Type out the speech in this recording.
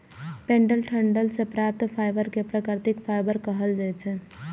पेड़क डंठल सं प्राप्त फाइबर कें प्राकृतिक फाइबर कहल जाइ छै